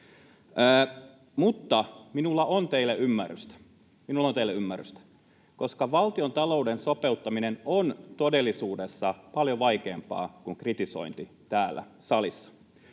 — minulla on teille ymmärrystä — koska valtiontalouden sopeuttaminen on todellisuudessa paljon vaikeampaa kuin kritisointi täällä salissa.